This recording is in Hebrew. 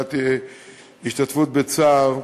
במילת השתתפות בצער.